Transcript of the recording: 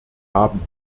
haben